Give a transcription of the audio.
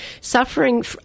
suffering